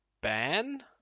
Ban